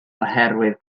oherwydd